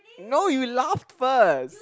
no you laughed first